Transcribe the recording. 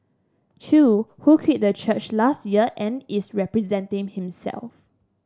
Chew who quit the church last year and is representing himself